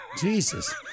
Jesus